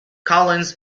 collins